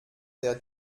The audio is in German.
der